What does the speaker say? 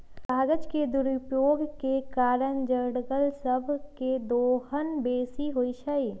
कागज के दुरुपयोग के कारण जङगल सभ के दोहन बेशी होइ छइ